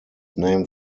named